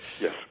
Yes